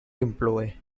employee